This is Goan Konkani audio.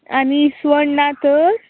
आनी इस्वण ना तर